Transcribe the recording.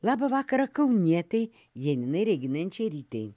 labą vakarą kaunietei janinai reginai jančerytei